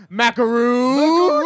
macaroon